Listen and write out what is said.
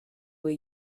were